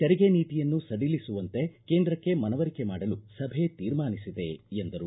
ತೆರಿಗೆ ನೀತಿಯನ್ನು ಸಡಿಲಿಸುವಂತೆ ಕೇಂದ್ರಕ್ಕೆ ಮನವರಿಕೆ ಮಾಡಲು ಸಭೆ ತೀರ್ಮಾನಿಸಿದೆ ಎಂದರು